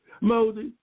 Moses